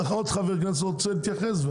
עוד חבר כנסת רוצה להתייחס?